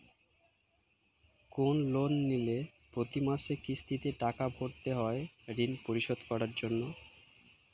কোন লোন নিলে প্রতি মাসে কিস্তিতে টাকা ভরতে হয় ঋণ শোধ করার জন্য